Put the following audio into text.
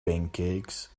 pancakes